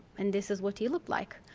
and this is what he looked like.